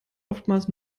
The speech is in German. oftmals